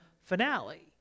finale